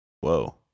Whoa